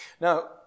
now